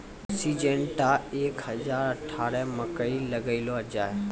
Syngenta एक हजार अठारह मकई लगैलो जाय?